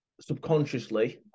subconsciously